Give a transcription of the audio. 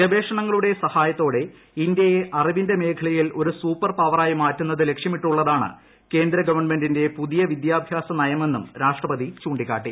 ഗവേഷണങ്ങളുടെ സഹായത്തോടെ ഇന്ത്യയിൽ അറിവിന്റെ മേഖലയിൽ ഒരു സൂപ്പർ പവറായി മാറ്റുന്നത് ലക്ഷ്യമിട്ടുള്ളതാണ് കേന്ദ്ര ഗവൺമെന്റിന്റെ പുതിയ വിദ്യാഭ്യാസ് നയമെന്നും രാഷ്ട്രപതി ചൂണ്ടിക്കാട്ടി